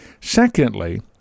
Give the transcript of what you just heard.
Secondly